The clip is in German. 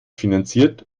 finanziert